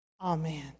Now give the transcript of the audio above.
Amen